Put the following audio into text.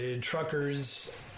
truckers